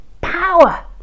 power